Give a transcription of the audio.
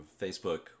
Facebook